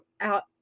out